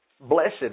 blessed